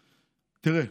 תראה,